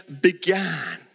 began